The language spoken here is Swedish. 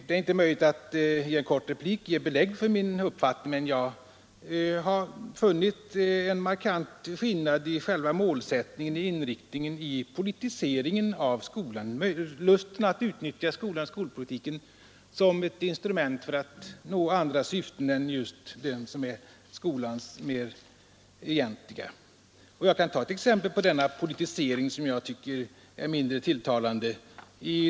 Det är inte möjligt att i en kort replik ge belägg för min uppfattning, men jag har funnit en markant skillnad i själva målsättningen, i politiseringen av skolan i lusten att utnyttja skolpolitiken som ett instrument för att nå andra syften än dem som är skolans egentliga. Jag kan ge ett exempel på denna politisering som jag tycker är mindre tilltalande.